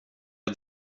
har